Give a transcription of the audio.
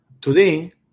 today